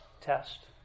test